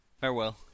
Farewell